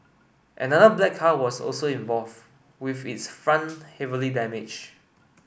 another black car was also involved with its front heavily damaged